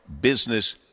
Business